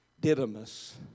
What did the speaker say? Didymus